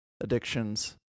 addictions